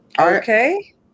Okay